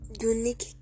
unique